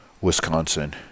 Wisconsin